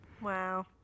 Wow